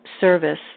service